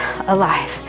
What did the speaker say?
alive